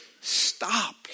stop